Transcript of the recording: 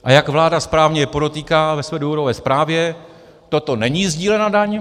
A jak vláda správně podotýká ve své důvodové zprávě, toto není sdílená daň.